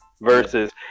Versus